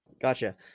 Gotcha